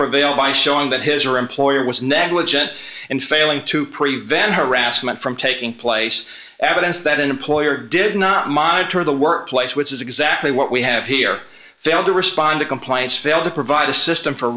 prevail by showing that his or her employer was negligent in failing to prevent harassment from taking place evidence that an employer did not monitor the workplace which is exactly what we have here failed to respond to complaints failed to provide a system for